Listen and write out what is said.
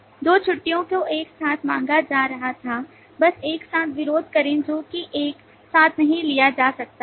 2 छुट्टियो को एक साथ मांगा जा रहा था बस एक साथ विरोध करें जो कि एक साथ नहीं लिया जा सकता है